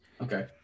Okay